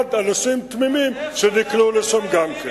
מלבד אנשים תמימים שנקלעו לשם גם כן.